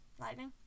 Lightning